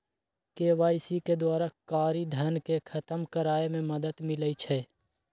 KYC के द्वारा कारी धन के खतम करए में मदद मिलइ छै